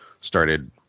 started